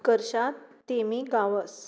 उत्कर्शा तेमी गांवस